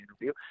interview